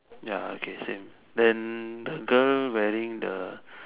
ya okay same then the girl wearing the